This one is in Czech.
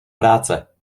práce